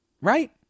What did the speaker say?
Right